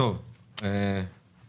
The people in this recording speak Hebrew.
בעצם